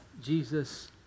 Jesus